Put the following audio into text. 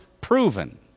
proven